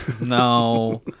No